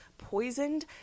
poisoned